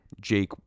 Jake